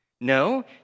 No